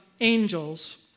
angels